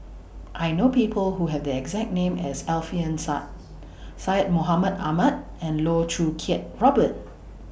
I know People Who Have The exact name as Alfian Sa'at Syed Mohamed Ahmed and Loh Choo Kiat Robert